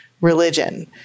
religion